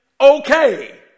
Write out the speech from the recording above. okay